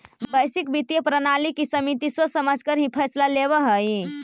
वैश्विक वित्तीय प्रणाली की समिति सोच समझकर ही फैसला लेवअ हई